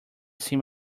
seem